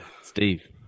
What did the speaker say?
Steve